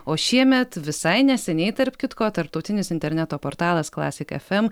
o šiemet visai neseniai tarp kitko tarptautinis interneto portalas classic fm